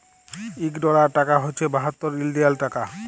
ইক ডলার টাকা হছে বাহাত্তর ইলডিয়াল টাকা